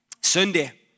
Sunday